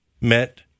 met